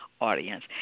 audience